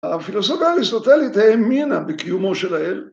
הפילוסופיה האריסטוטלית האמינה בקיומו של האל.